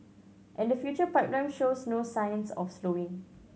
and the future pipeline shows no signs of slowing